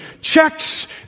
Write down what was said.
checks